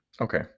Okay